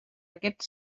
aquest